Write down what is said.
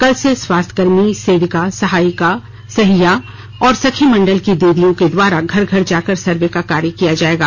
कल से स्वास्थ्य कर्मी सेविकासहियासहायिका और सखी मंडल की दीदियों के द्वारा घर घर जाकर सर्वे का कार्य किया जाएगा